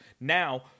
now